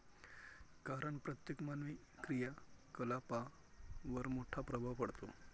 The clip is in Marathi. कारण प्रत्येक मानवी क्रियाकलापांवर मोठा प्रभाव पडतो